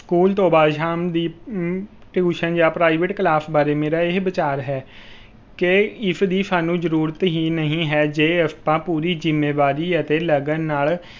school ਤੋਂ ਬਾਅਦ ਸ਼ਾਮ ਦੀ ਟਿਊਸ਼ਨ ਜਾਂ ਪ੍ਰਾਈਵੇਟ ਕਲਾਸ ਬਾਰੇ ਮੇਰਾ ਇਹ ਵਿਚਾਰ ਹੈ ਕਿ ਇਸਦੀ ਸਾਨੂੰ ਜ਼ਰੂਰਤ ਹੀ ਨਹੀਂ ਹੈ ਜੇ ਆਪਾਂ ਪੂਰੀ ਜ਼ਿੰਮੇਵਾਰੀ ਅਤੇ ਲਗਨ ਨਾਲ